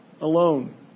alone